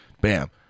bam